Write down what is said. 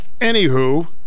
Anywho